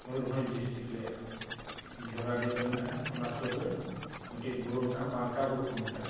Mayurbhanj district ᱨᱮᱭᱟᱜ ᱡᱷᱚᱨᱟᱰᱤ ᱨᱮ ᱢᱮᱱᱟᱜᱼᱟ ᱚᱱᱟ ᱥᱩᱨ ᱨᱮ ᱢᱤᱫᱴᱤᱡ ᱵᱩᱨᱩ ᱢᱮᱱᱟᱜᱼᱟ ᱵᱟᱝᱠᱟ ᱵᱩᱨᱩ ᱠᱚ ᱢᱮᱛᱟᱜᱼᱟ